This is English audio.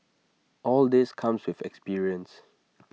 all this comes with experience